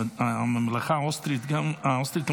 גם לממלכה האוסטרו-הונגרית